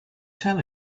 tell